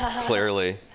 clearly